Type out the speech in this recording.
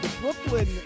Brooklyn